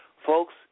Folks